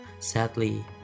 Sadly